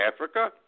Africa